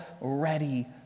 ready